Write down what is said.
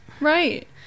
Right